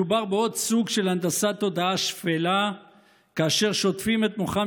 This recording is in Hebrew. מדובר בעוד סוג של הנדסת תודעה שפלה כאשר שוטפים את מוחם